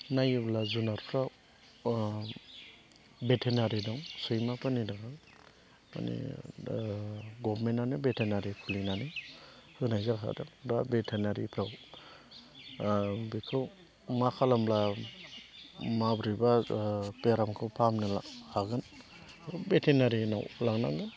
नायोब्ला जुनारफोराव भेटेनारि दं सैमाफोरनि थाखाय माने दा गभमेन्टआनो भेटेनारि खुलिनानै होनाय जाखादों दा भेटेनारिफोराव बेखौ मा खालामोब्ला माबोरैबा बेरामखौ फाहामनो हागोन भेटेनारिनाव लांनांगोन